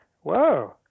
whoa